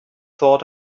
thought